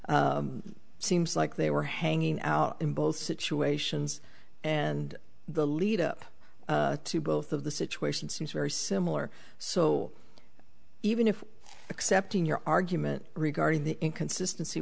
seems like they were hanging out in both situations and the lead up to both of the situation seems very similar so even if accepting your argument regarding the inconsistency